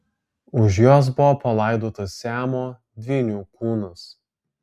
už jos buvo palaidotas siamo dvynių kūnas